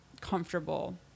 comfortable